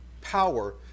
power